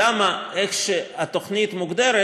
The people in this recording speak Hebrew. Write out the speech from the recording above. למה האופן שבו התוכנית מוגדרת,